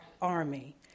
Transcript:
Army